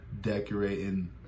decorating